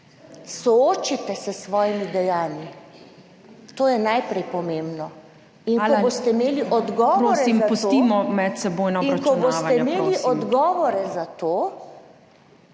Soočite se s svojimi dejanji, to je najprej pomembno. In ko boste imeli odgovore za to...